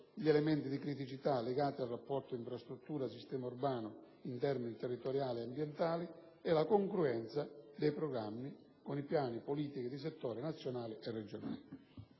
gli elementi di criticità legati al rapporto infrastruttura-sistema urbano in termini territoriali e ambientali; congruenza dei programmi con piani/politiche di settore nazionali e regionali.